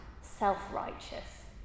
self-righteous